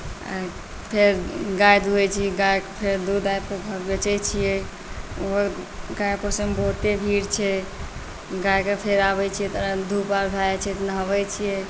फेर गाए दूहैत छी गाएके फेर दूध आबि कऽ बेचैत छियै ओ गाए पोसयमे बहुते भीड़ छै गाएके फेर आबैत छै तऽ धूप आओर भय जाइत छै तऽ नहबैत छियै